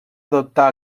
adoptar